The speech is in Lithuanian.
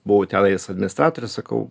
buvo tenais administratore sakau